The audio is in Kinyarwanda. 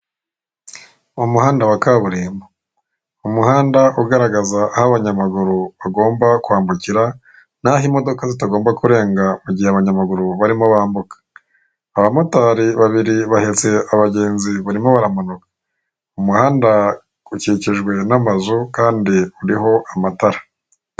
Umuhanda wa kaburimbo. Umuhanda ugaragaza aho abanyamaguru bagomba kwambukira, n'aho imodoka zitagomba kurenga mu gihe abanyamaguru barimo bambuka. Abamotari babiri bahetse abagenzi barimo baramanuka, umuhanda ukikijwe n'amazu kandi uriho amatara.